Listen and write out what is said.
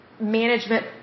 management